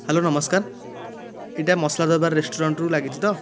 hello ନମସ୍କାର ଏଇଟା ମସଲା ଦରବାର ରେଷ୍ଟୁରାଣ୍ଟରୁ ଲାଗିଛି ତ